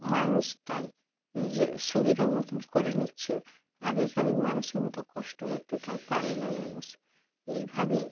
মানুষ তাই নিজে সুবিধা মতন করে নিচ্ছে আগেকারের মানুষের মতো কষ্ট করতে তাই পারে না মানুষ এইভাবেই